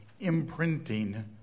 imprinting